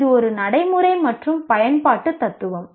இது ஒரு நடைமுறை மற்றும் பயன்பாட்டு தத்துவம்